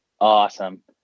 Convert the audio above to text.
awesome